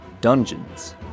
Dungeons &